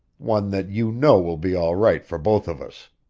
one that you know will be all right for both of us.